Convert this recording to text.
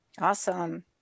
Awesome